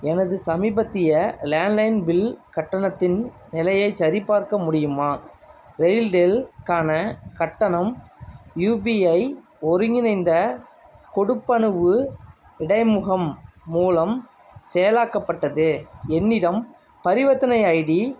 எனது சமீபத்திய landline bill கட்டணத்தின் நிலையைச் சரிபார்க்க முடியுமா ரெயில்டெல் க்கான கட்டணம் யுபிஐ ஒருங்கிணைந்த கொடுப்பனவு இடைமுகம் மூலம் செயலாக்கப்பட்டது என்னிடம் பரிவர்த்தனை ஐடி